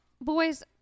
Boys